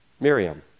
Miriam